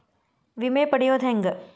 ವಿಮೆ ಪಡಿಯೋದ ಹೆಂಗ್?